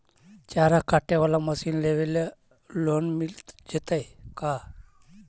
चारा काटे बाला मशीन लेबे ल लोन मिल जितै का?